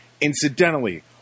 Incidentally